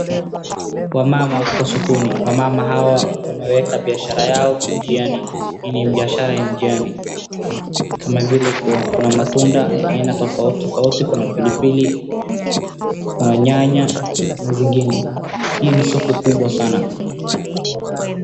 Wamama wako sokoni. Wamama hawa wameweka biashara yao njiani, hii ni biashara ya njiani. Kama vile kuna matunda, aina tofauti tofauti kuna pilipili, kuna nyanya na zingine. Hii ni soko kubwa sana.